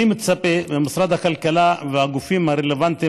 אני מצפה ממשרד הכלכלה והגופים הרלוונטיים